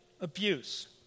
abuse